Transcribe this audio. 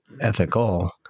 ethical